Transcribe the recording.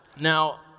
Now